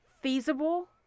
feasible